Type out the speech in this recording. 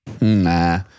Nah